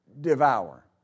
devour